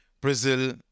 Brazil